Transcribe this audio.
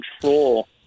control